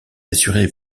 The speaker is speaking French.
assuré